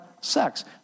sex